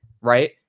Right